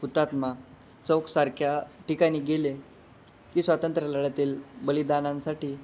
हुतात्मा चौकसारख्या ठिकाणी गेले की स्वातंत्र्य लढ्यातील बलिदानांसाठी